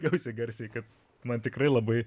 kad esi garsiai kad man tikrai labai